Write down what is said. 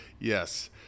Yes